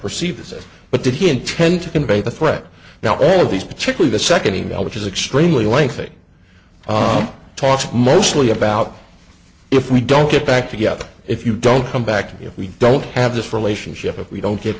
perceives it but did he intend to convey the threat now all of these particularly the second e mail which is extremely lengthy talks mostly about if we don't get back together if you don't come back if we don't have this relationship if we don't get